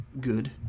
good